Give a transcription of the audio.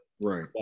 right